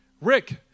Rick